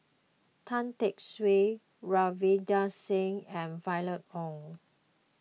Tan Tee Suan Ravinder Singh and Violet Oon